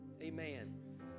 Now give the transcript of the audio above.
amen